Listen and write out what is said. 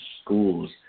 schools